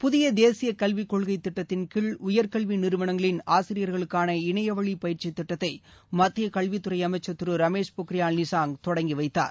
புதிய தேசிய கல்விக்கொள்கை திட்டத்தின் கீழ் உயர்கல்வி நிறுவனங்களின் ஆசிரியர்களுக்கான இணையவழி பயிற்சி திட்டத்தை மத்திய கல்வி துறை அமைச்சர் திரு ரமேஷ் பொக்ரியால் நிஷாங் தொடங்கி வைத்தார்